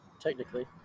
technically